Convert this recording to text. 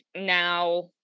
now